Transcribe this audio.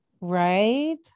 right